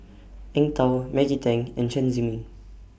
Eng Tow Maggie Teng and Chen Zhiming